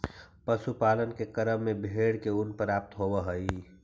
पशुपालन के क्रम में भेंड से ऊन प्राप्त होवऽ हई